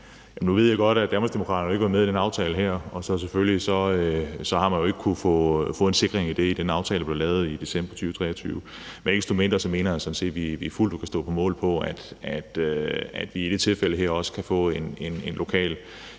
Nu ved jeg godt, at Danmarksdemokraterne ikke var med i den aftale her, og man har selvfølgelig så ikke kunnet få en sikring i det i den aftale, der blev lavet i december 2023. Ikke desto mindre mener jeg sådan set, at vi fuldt ud kan stå på mål for, at vi i det her tilfælde også kan få en lokal